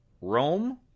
Rome